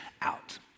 out